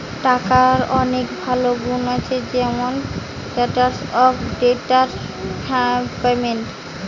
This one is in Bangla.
টাকার অনেক ভালো গুন্ আছে যেমন স্ট্যান্ডার্ড অফ ডেফার্ড পেমেন্ট